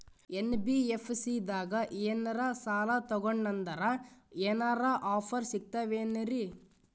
NBFC ದಾಗ ಏನ್ರ ಸಾಲ ತೊಗೊಂಡ್ನಂದರ ಏನರ ಆಫರ್ ಸಿಗ್ತಾವೇನ್ರಿ?